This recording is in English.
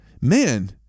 Man